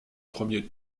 premier